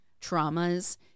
traumas